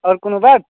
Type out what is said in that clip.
आओर कोनो बात